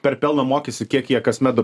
per pelno mokestį kiek jie kasmet dar